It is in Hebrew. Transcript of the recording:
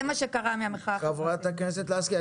זה מה שקרה מהמחאה החברתית.